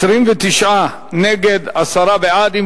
29 נגד, עשרה בעד.